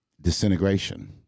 disintegration